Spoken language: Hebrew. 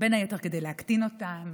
בין היתר כדי להקטין אותן,